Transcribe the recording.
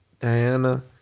Diana